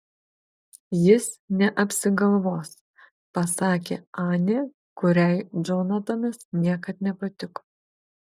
jis neapsigalvos pasakė anė kuriai džonatanas niekad nepatiko